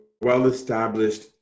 well-established